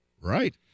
Right